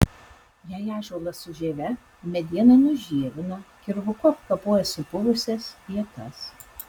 jei ąžuolas su žieve medieną nužievina kirvuku apkapoja supuvusias vietas